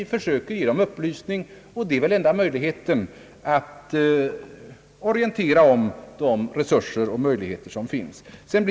Vi försöker ge dem upplysning, och enda möjligheten är väl att orientera om de resurser och möjligheter som finns.